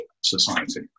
society